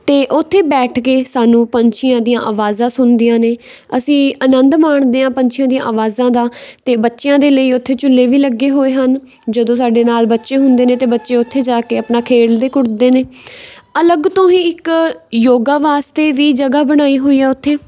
ਅਤੇ ਉੱਥੇ ਬੈਠ ਕੇ ਸਾਨੂੰ ਪੰਛੀਆਂ ਦੀਆਂ ਆਵਾਜ਼ਾਂ ਸੁਣਦੀਆਂ ਨੇ ਅਸੀਂ ਆਨੰਦ ਮਾਣਦੇ ਹਾਂ ਪੰਛੀਆਂ ਦੀਆਂ ਆਵਾਜ਼ਾਂ ਦਾ ਅਤੇ ਬੱਚਿਆਂ ਦੇ ਲਈ ਉੱਥੇ ਝੂਲੇ ਵੀ ਲੱਗੇ ਹੋਏ ਹਨ ਜਦੋਂ ਸਾਡੇ ਨਾਲ ਬੱਚੇ ਹੁੰਦੇ ਨੇ ਤਾਂ ਬੱਚੇ ਉੱਥੇ ਜਾ ਕੇ ਆਪਣਾ ਖੇਲਦੇ ਕੁੱਦਦੇ ਨੇ ਅਲੱਗ ਤੋਂ ਹੀ ਇੱਕ ਯੋਗਾ ਵਾਸਤੇ ਵੀ ਜਗ੍ਹਾ ਬਣਾਈ ਹੋਈ ਆ ਉੱਥੇ